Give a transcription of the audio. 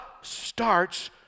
starts